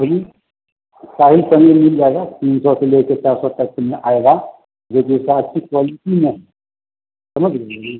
बोलिए शाही पनीर मिल जाएगा तीन सौ से ले कर चार सौ तक में आएगा जो जैसा अच्छी क्वालिटी में समझ रही हैं